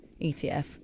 ETF